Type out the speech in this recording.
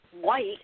white